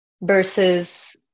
Versus